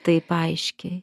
taip aiškiai